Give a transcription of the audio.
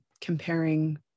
comparing